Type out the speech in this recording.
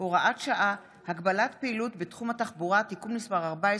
(הוראת שעה) (הגבלת פעילות במקומות עבודה) (תיקון מס' 12),